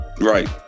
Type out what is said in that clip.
Right